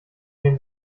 den